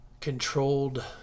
controlled